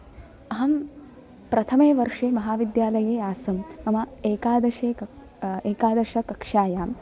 अहं प्रथमे वर्षे महाविद्यालये आसम् मम एकादशे एकादशकक्ष्यायां